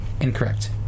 Incorrect